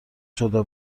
شده